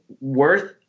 worth